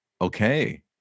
okay